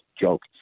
joke